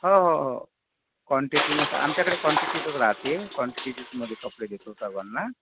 हो हो हो कॉन्टिटीनुसार आमच्याकडे कॉन्टिटीतच राहते कॉन्टिटीजमध्ये कपडे देतो सर्वांना